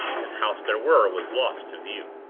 if house there were, was lost to view.